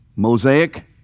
Mosaic